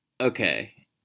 okay